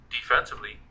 defensively